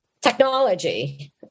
technology